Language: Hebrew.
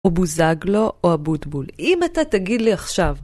או בוזגלו או אבוטבול. אם אתה תגיד לי עכשיו.